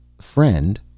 Friend